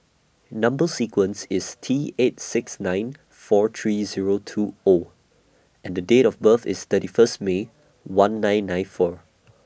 Number sequence IS T eight six nine four three Zero two O and Date of birth IS thirty First May one nine nine four